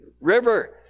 river